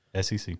SEC